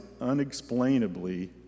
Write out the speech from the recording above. unexplainably